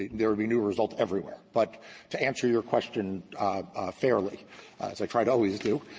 there would be new results everywhere. but to answer your question fairly, as i try to always do,